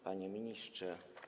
Panie Ministrze!